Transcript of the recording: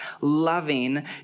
loving